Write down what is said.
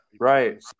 right